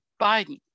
Biden